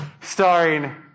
starring